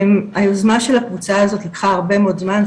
היוזמה של הקבוצה הזאת לקחה הרבה מאוד זמן,